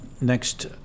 Next